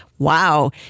Wow